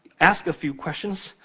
ask a few questions,